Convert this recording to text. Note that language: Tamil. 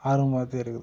ஆர்வமாத்தான் இருக்குது